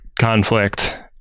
conflict